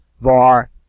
var